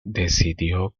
decidió